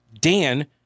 Dan